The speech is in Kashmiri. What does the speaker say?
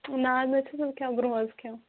نہَ حظ نہَ مےٚ چھِ کھیٚوان برۄنٛہہ ٲسۍ کھیٚوان